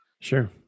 sure